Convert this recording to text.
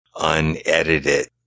unedited